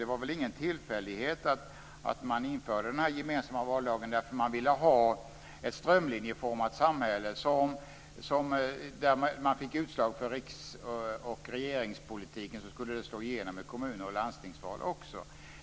Det var väl ingen tillfällighet att man införde gemensam valdag eftersom man ville ha ett strömlinjeformat samhälle där riks och regeringspolitiken skulle slå igenom i kommuner och landsting också.